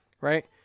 Right